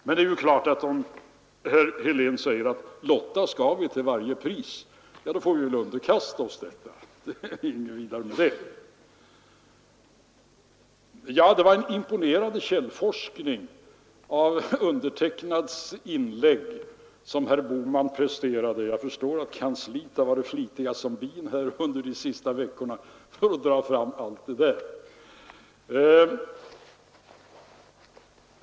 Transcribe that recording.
Men om herr Helén säger att vi skall lotta till varje pris, får vi väl underkasta oss detta. Det var en imponerande källforskning i mina inlägg som herr Bohman presterade. Jag förstår att medhjälparna på kansliet varit flitiga som bin under de senaste veckorna för att dra fram allt detta.